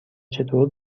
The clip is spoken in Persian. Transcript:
چطور